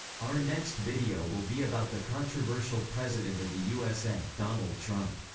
our next video will be about the controversial president of the usa, donald trump.